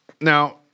Now